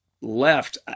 left